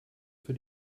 für